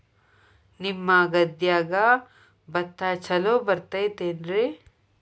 ನಿಮ್ಮ ಗದ್ಯಾಗ ಭತ್ತ ಛಲೋ ಬರ್ತೇತೇನ್ರಿ?